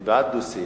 אני בעד דו-שיח,